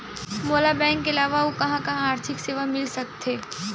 मोला बैंक के अलावा आऊ कहां कहा आर्थिक सेवा मिल सकथे?